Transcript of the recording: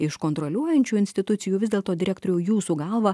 iš kontroliuojančių institucijų vis dėlto direktoriau jūsų galva